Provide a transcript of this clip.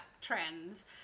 trends